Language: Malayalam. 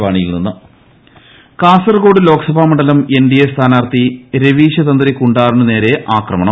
കാസർകോട് കാസർകോട് ലോക്സഭാ മണ്ഡൂലം എൻ ഡി എ സ്ഥാനാർത്ഥി രവീശ്തന്ത്രി കുണ്ടാറിനു നേർൌആക്രമണം